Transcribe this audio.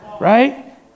right